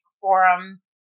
forum